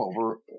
over